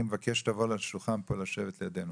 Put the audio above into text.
אני מבקש שתבוא לשבת פה בשולחן על ידינו.